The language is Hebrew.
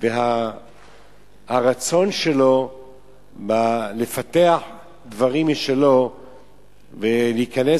והרצון שלו לפתח דברים משלו ולהיכנס,